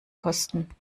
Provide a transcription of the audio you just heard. kosten